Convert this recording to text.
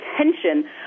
attention